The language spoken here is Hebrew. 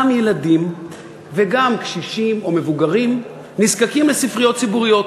גם ילדים וגם קשישים או מבוגרים נזקקים לספריות ציבוריות,